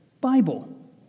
Bible